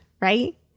right